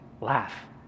laugh